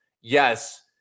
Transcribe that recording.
yes